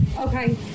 Okay